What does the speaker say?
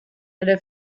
ere